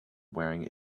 wearing